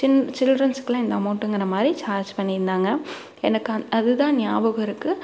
சின் சில்ட்ரன்ஸுக்குலாம் இந்த அமௌண்ட்டுங்கின்ற மாதிரி சார்ஜ் பண்ணிருந்தாங்க எனக்கு அது தான் ஞாபகம் இருக்குது